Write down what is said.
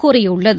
கூறியுள்ளது